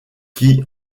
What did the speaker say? qui